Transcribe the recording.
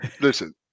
Listen